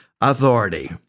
authority